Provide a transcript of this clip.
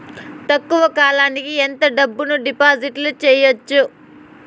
తక్కువ కాలానికి ఎంత డబ్బును డిపాజిట్లు చేయొచ్చు?